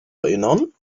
erinnern